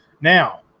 Now